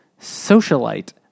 socialite